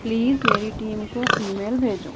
please میری team کو email بھیجو